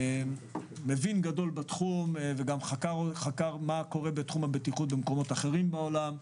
מבין גדול בתחום וחקר גם מה קורה בתחום הבטיחות במקומות אחרים בעולם.